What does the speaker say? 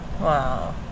Wow